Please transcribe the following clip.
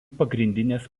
pagrindinės